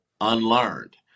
unlearned